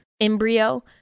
embryo